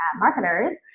marketers